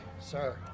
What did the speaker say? Sir